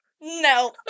No